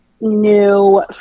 new